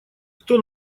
кто